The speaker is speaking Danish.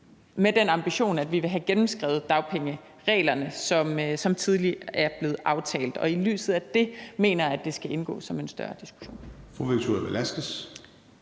har den ambition, at vi vil have gennemskrevet dagpengereglerne, som tidligere er blevet aftalt. I lyset af det mener jeg, at det skal indgå i en større diskussion.